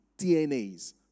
DNAs